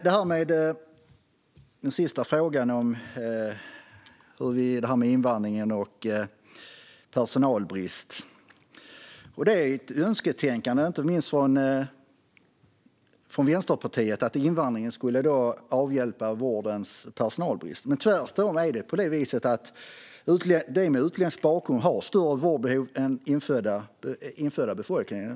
När det gäller den sista frågan om invandring och personalbrist är det ett önsketänkande, inte minst från Vänsterpartiet, att invandringen skulle avhjälpa vårdens personalbrist. Det är tvärtom på det sättet att de som har utländsk bakgrund har större vårdbehov än den infödda befolkningen.